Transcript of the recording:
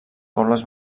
pobles